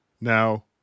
now